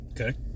Okay